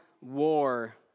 war